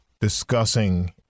discussing